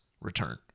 return